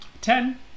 ten